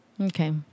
Okay